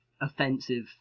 offensive